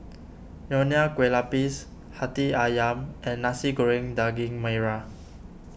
Nonya Kueh Lapis Hati Ayam and Nasi Goreng Daging Merah